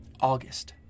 August